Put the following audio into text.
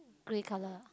grey color